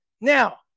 Now